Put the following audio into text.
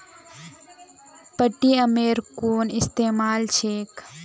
पेटीएमेर कुन इस्तमाल छेक